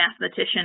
mathematician